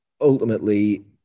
ultimately